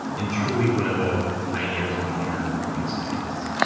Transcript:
and truly one of the pioneers of modern brain science.